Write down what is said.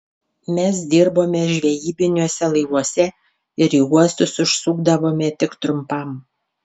mes dirbome žvejybiniuose laivuose ir į uostus užsukdavome tik trumpam